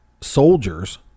soldiers